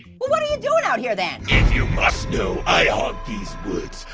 what what are you doing out here then? if you must know, i haunt these woods.